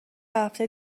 هفته